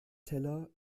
teller